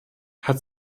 hat